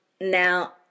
Now